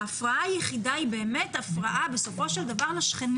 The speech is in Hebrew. ההפרעה היחידה היא הפרעה לשכנים.